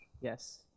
Yes